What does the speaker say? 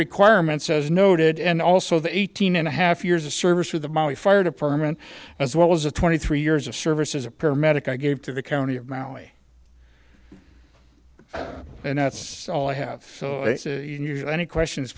requirements as noted and also the eighteen and a half years of service with the money fire department as well as a twenty three years of service as a paramedic i gave to the county of maui and that's all i have any questions